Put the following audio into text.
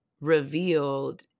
revealed